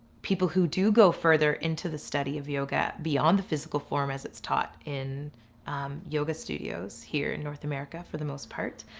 people who do go further into the study of yoga beyond the physical form as its taught in yoga studios here in north america, for the most part,